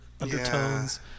undertones